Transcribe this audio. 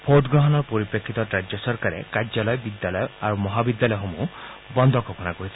ভোটগ্ৰহণৰ পৰিপ্ৰেক্ষিতত ৰাজ্য চৰকাৰে কাৰ্যালয় বিদ্যালয় মহাবিদ্যালয়সমূহ বন্ধ ঘোষণা কৰিছে